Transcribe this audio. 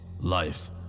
life